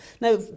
Now